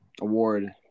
award